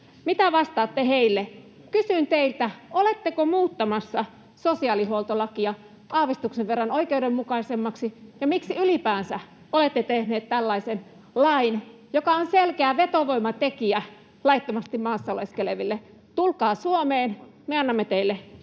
Mitä vastaatte heille? Kysyn teiltä: Oletteko muuttamassa sosiaalihuoltolakia aavistuksen verran oikeudenmukaisemmaksi? Ja miksi ylipäänsä olette tehneet tällaisen lain, joka on selkeä vetovoimatekijä laittomasti maassa oleskeleville — tulkaa Suomeen, me annamme teille